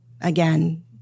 again